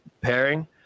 pairing